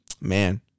man